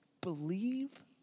believe